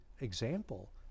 example